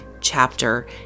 chapter